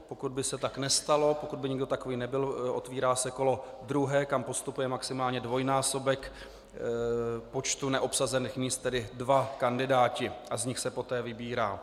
Pokud by se tak nestalo, pokud by nikdo takový nebyl, otvírá se kolo druhé, kam postupuje maximálně dvojnásobek počtu neobsazených míst, tedy dva kandidáti, a z nich se poté vybírá.